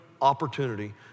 opportunity